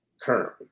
currently